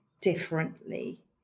differently